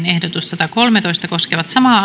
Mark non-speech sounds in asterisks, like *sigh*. *unintelligible* ehdotus kaksikymmentäkolme koskevat samaa *unintelligible*